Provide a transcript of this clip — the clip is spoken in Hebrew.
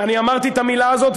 ואני אמרתי את המילה הזאת,